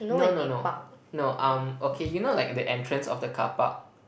no no no no um okay you know like the entrance of the car park